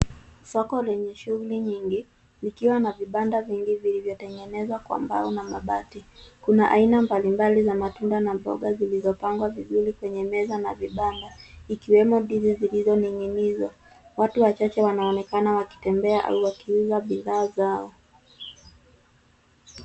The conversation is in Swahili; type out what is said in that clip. Soko lenye shughuli nyingi likiwa na vibanda vingi vilivyotengenezwa kwa mbao na mabati. Kuna aina mbalimbali za matunda na mboga zilizopangwa vizuri kwenye meza na vibanda ikiwemo ndizi zilizoning'inizwa. Watu wacahache wanaonekana wakitembea au kuuza bidhaa zao.